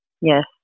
Yes